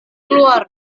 keluar